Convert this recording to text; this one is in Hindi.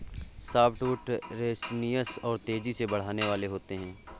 सॉफ्टवुड रेसनियस और तेजी से बढ़ने वाले होते हैं